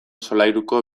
solairuko